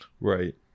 right